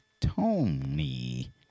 Tony